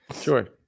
Sure